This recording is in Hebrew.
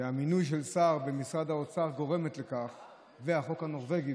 שהמינוי של שר במשרד האוצר והחוק הנורבגי